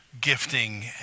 gifting